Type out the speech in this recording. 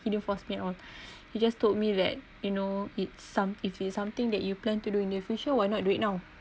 he didn't force me at all he just told me that you know it's some if it's something that you plan to do in the future why not do it now